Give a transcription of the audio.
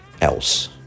else